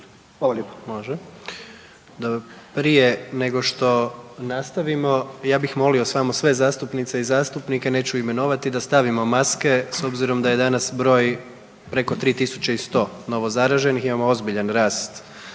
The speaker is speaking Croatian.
dobro. Prije nego što nastavimo, ja bih molio samo sve zastupnice i zastupnike, neću imenovati, da stavimo maske s obzirom da je danas broj preko 3.100 novozaraženih, imamo ozbiljan rast